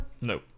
No